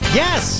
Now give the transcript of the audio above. yes